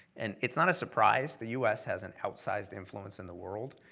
and it's not a surprise the u s. has an outsized influence in the world,